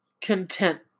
content